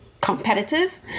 Competitive